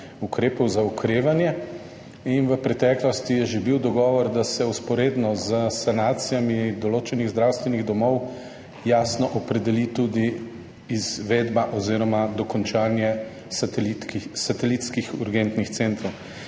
ukrepov za okrevanje. In v preteklosti je že bil dogovor, da se vzporedno s sanacijami določenih zdravstvenih domov jasno opredeli tudi izvedba oziroma dokončanje satelitskih urgentnih centrov.